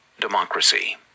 Democracy